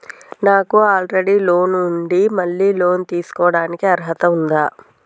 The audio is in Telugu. నాకు ఆల్రెడీ లోన్ ఉండి మళ్ళీ లోన్ తీసుకోవడానికి అర్హత ఉందా?